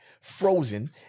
frozen